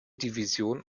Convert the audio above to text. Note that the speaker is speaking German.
division